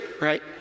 right